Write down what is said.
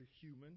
human